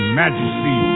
majesty